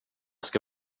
ska